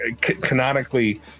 canonically